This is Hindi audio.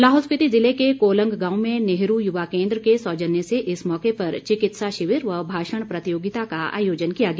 लाहौल स्पीति ज़िले के कोलंग गांव में नेहरू युवा केन्द्र के सौजन्य से इस मौके पर चिकित्सा शिविर व भाषण प्रतियोगिता का आयोजन किया गया